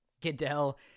Goodell